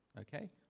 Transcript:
okay